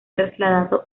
trasladado